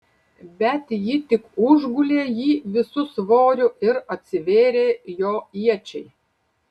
bet ji tik užgulė jį visu svoriu ir atsivėrė jo iečiai